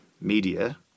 media